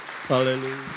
Hallelujah